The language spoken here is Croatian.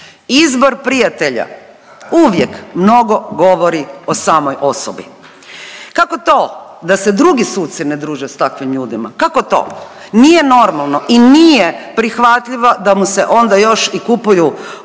Izbor prijatelja uvijek mnogo govori o samoj osobi. Kako to da se drugi sudi ne druže s takvim ljudima, kako to? Nije normalno i nije prihvatljivo da mu se onda još i kupuju odjela